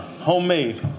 homemade